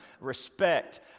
respect